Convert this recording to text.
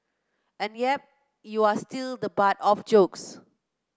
and yep you are still the butt of jokes